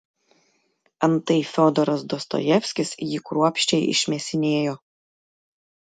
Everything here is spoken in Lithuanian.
antai fiodoras dostojevskis jį kruopščiai išmėsinėjo